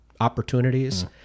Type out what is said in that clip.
opportunities